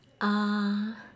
uh